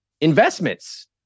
Investments